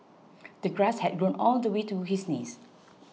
the grass had grown all the way to his knees